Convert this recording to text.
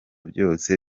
dove